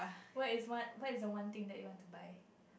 what is one what is the one thing that you want to buy